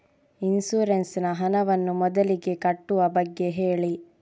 insurance ನ ಹಣವನ್ನು ಮೊದಲಿಗೆ ಕಟ್ಟುವ ಬಗ್ಗೆ ಹೇಳಿ